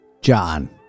John